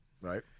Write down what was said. Right